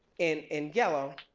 in in yellow,